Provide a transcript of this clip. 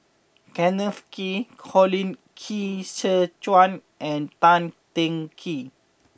Kenneth Kee Colin Qi Zhe Quan and Tan Teng Kee